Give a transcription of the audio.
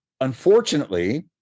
unfortunately